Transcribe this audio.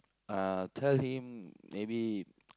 uh tell him maybe